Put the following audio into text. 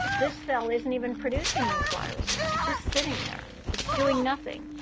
this cell isn't even producing these viruses. it's just sitting there. it's doing nothing.